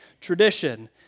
Tradition